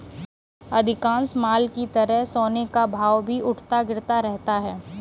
अधिकांश माल की तरह सोने का भाव भी उठता गिरता रहता है